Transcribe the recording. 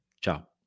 ciao